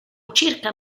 circa